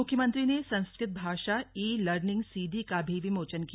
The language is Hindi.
मुख्यमंत्री ने संस्कृत भाषा ई लर्निंग सीडी का भी विमोचन किया